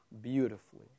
beautifully